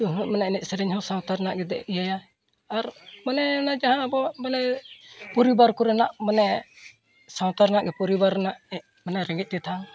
ᱱᱤᱛᱳᱜ ᱦᱚᱸ ᱢᱟᱱᱮ ᱮᱱᱮᱡ ᱥᱮᱨᱮᱧ ᱦᱚᱸ ᱥᱟᱶᱛᱟ ᱨᱮᱱᱟᱜ ᱡᱩᱫᱤ ᱤᱭᱹᱭᱟᱭ ᱟᱨ ᱢᱟᱱᱮ ᱚᱱᱟ ᱡᱟᱦᱟᱸ ᱟᱵᱚᱣᱟᱜ ᱵᱚᱞᱮ ᱯᱚᱨᱤᱵᱟᱨ ᱠᱚᱨᱮᱱᱟᱜ ᱢᱟᱱᱮ ᱥᱟᱶᱛᱟ ᱨᱮᱱᱟᱜ ᱜᱮ ᱯᱚᱨᱤᱵᱟᱨ ᱨᱮᱱᱟᱜ ᱮᱜ ᱢᱟᱱᱮ ᱨᱮᱸᱜᱮᱡ ᱛᱮᱛᱟᱝ